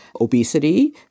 Obesity